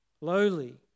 lowly